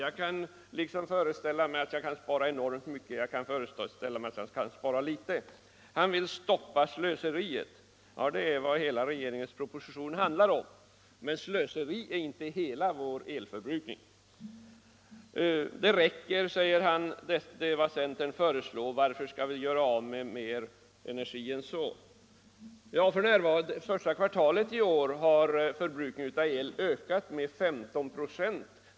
En kan anse att det går att spara enormt mycket, en annan att det bara går att spara litet. Han vill stoppa slöseriet. Men det är ju vad hela regeringens proposition handlar om. Hela elförbrukningen är ju inte slöseri. Han säger att det som centern föreslår räcker. Varför skall vi göra av med mer än energi? Under det första kvartalet i år har förbrukningen av el ökat med 15 96.